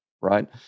right